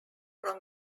from